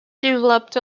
developed